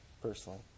personally